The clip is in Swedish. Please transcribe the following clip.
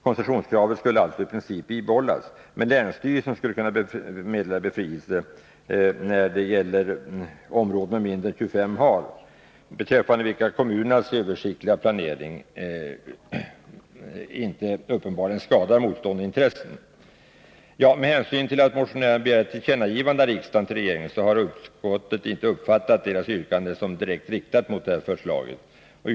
Koncessionskravet skulle alltså i princip bibehållas, men länsstyrelsen skulle kunna meddela befrielse när det gäller områden mindre än 25 ha beträffande vilka kommunernas översiktliga planering visar att den planerade torvtäkten inte uppenbarligen skadar motstående intressen. Med hänsyn till att motionärerna begär ett tillkännagivande av riksdagen till regeringen, har utskottet inte uppfattat deras yrkande som riktat direkt mot det föreliggande lagförslaget.